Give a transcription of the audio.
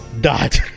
dot